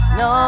no